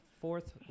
fourth